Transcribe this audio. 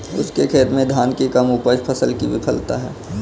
उसके खेत में धान की कम उपज फसल की विफलता है